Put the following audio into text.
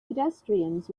pedestrians